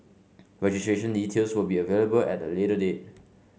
registration details will be available at a later date